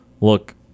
look